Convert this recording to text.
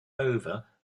over